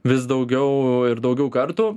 vis daugiau ir daugiau kartų